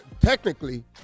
technically